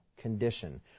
condition